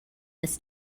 this